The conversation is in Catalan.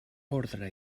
ordre